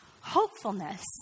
Hopefulness